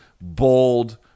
bold